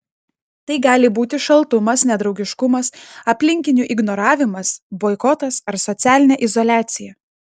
tai gali būti šaltumas nedraugiškumas aplinkinių ignoravimas boikotas ar socialinė izoliacija